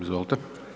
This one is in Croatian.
Izvolite.